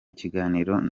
kiganiro